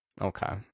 okay